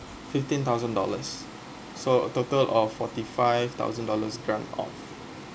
fifteen thousand dollars so a total of forty five thousand dollars grant off